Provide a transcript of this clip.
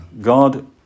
God